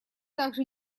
также